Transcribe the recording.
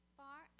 far